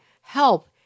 help